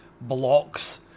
blocks